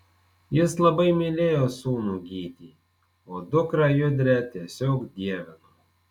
jis labai mylėjo sūnų gytį o dukrą judrę tiesiog dievino